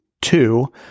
two